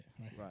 right